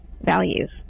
values